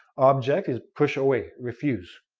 object is push away refuse,